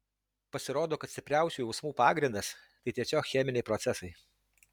pasirodo kad stipriausių jausmų pagrindas tai tiesiog cheminiai procesai